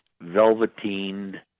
velveteen